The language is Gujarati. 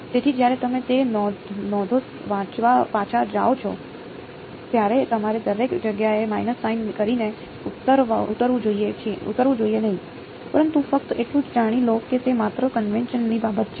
તેથી જ્યારે તમે તે નોંધો વાંચવા પાછા જાઓ છો ત્યારે તમારે દરેક જગ્યાએ માઈનસ સાઈન કરીને ઉતરવું જોઈએ નહીં પરંતુ ફક્ત એટલું જ જાણી લો કે તે માત્ર કન્વેન્શન ની બાબત છે